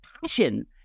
passion